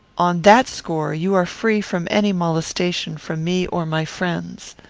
on that score, you are free from any molestation from me or my friends.